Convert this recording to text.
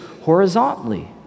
horizontally